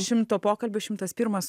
šimto pokalbių šimtas pirmas